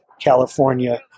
California